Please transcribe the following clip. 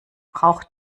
braucht